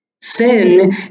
Sin